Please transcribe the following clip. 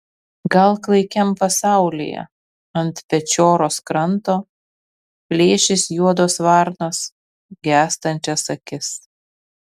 gal klaikiam pasaulyje ant pečioros kranto plėšys juodos varnos gęstančias akis